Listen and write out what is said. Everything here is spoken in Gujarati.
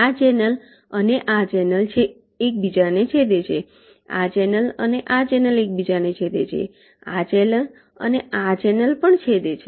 આ ચેનલ અને આ ચેનલ એકબીજાને છેદે છે આ ચેનલ અને આ ચેનલ એકબીજાને છેદે છે આ ચેનલ આ ચેનલ પણ છેદે છે